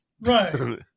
Right